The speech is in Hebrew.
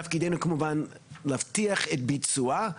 תפקידנו כמובן להבטיח את ביצועה,